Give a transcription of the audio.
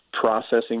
processing